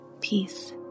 peace